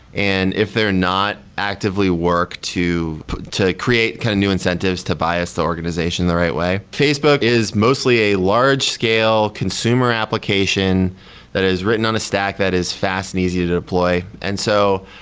and if they're not actively work to to create kind of new incentives to bias the organization the right way. facebook is mostly a large-scale consumer application that is written on a stack that is fast and easy to deploy. and so